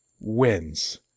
wins